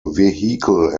vehicle